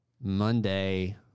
Monday